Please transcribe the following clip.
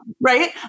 Right